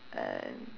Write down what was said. um